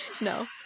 No